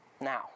Now